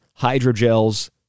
hydrogels